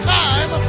time